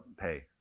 pay